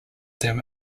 them